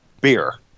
beer